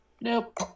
Nope